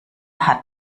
hat